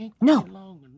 No